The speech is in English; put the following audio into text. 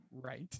Right